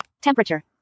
Temperature